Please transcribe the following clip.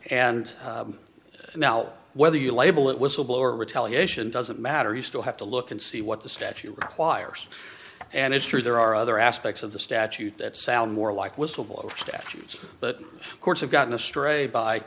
and now whether you label it whistle blower retaliation doesn't matter you still have to look and see what the statute requires and it's true there are other aspects of the statute that sound more like whistleblower statutes but courts have gotten astray by